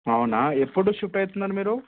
అవునా ఎప్పుడు షిఫ్ట్ అవుతున్నారు మీరు